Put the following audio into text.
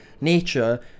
Nature